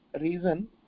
reason